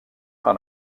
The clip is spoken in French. par